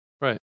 Right